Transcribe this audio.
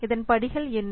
இதன் படிகள் என்ன